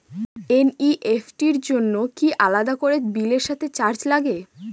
NEFT র জন্য কি আলাদা করে বিলের সাথে চার্জ লাগে?